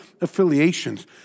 affiliations